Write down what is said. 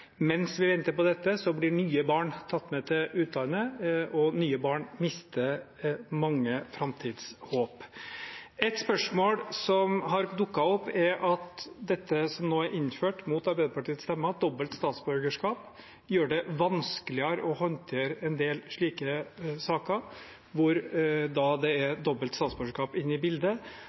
Mens vi venter på dette, blir nye barn tatt med til utlandet, og nye barn mister mange framtidshåp. Et spørsmål som har dukket opp, er at dobbelt statsborgerskap, som nå er innført – mot Arbeiderpartiets stemmer – gjør det vanskeligere å håndtere en del slike saker hvor det er dobbelt statsborgerskap inne i bildet,